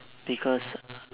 because